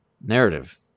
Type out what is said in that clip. narrative